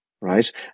right